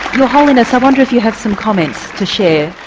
your holiness i wonder if you have some comments to share?